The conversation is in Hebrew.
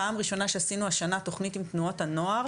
פעם ראשונה שעשינו השנה תוכנית עם תנועות הנוער